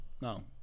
No